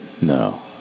no